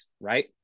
right